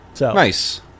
Nice